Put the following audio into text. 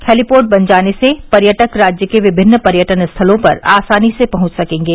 heliport बन जाने से पर्यटक राज्य के विभिन्न पर्यटन स्थलों पर आसानी से पहुंच सकेंगे